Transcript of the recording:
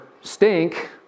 stink